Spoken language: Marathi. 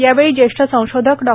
यावेळी ज्येष्ठ संशोधक डॉ